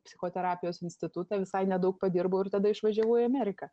psichoterapijos institutą visai nedaug padirbau ir tada išvažiavau į ameriką